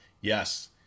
yes